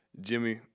Jimmy